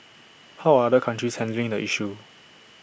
how are other countries handling the issue